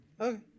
Okay